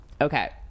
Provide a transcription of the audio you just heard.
okay